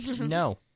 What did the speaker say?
No